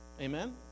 Amen